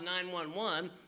911